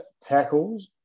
tackles